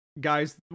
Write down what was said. guys